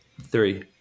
three